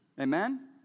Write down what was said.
Amen